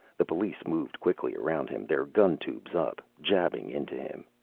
the police moved quickly around him, their gun tubes up, jabbing into him.